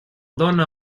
dóna